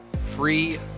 free